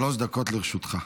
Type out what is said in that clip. שלוש דקות לרשותך.